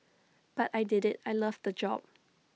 but I did IT I loved the job